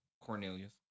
Cornelius